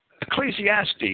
Ecclesiastes